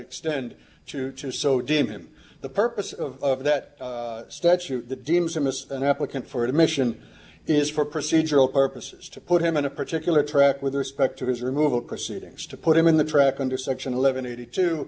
extend to to so demon the purpose of that statute that deems amiss an applicant for admission is for procedural purposes to put him in a particular track with respect to his removal proceedings to put him in the truck under section eleven eighty two